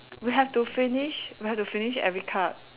we have to finish we have to finish every card